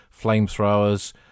flamethrowers